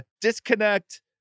disconnect